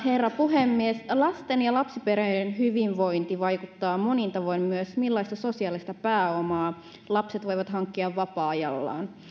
herra puhemies lasten ja lapsiperheiden hyvinvointiin vaikuttaa monin tavoin myös se millaista sosiaalista pääomaa lapset voivat hankkia vapaa ajallaan